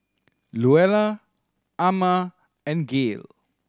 Luella Amma and Gayle